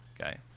Okay